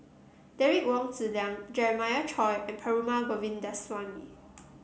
Derek Wong Zi Liang Jeremiah Choy and Perumal Govindaswamy